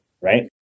right